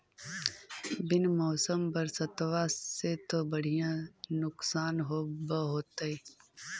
बिन मौसम बरसतबा से तो बढ़िया नुक्सान होब होतै?